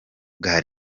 bwa